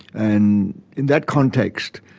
and in that context,